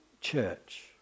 church